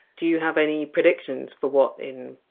do you have any predictions for what, in